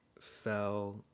fell